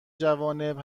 جوانب